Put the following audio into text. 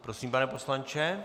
Prosím, pane poslanče.